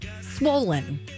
Swollen